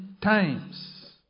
times